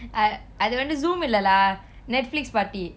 uh அது வந்து:athu vanthu zoom இல்ல:ille lah netflix party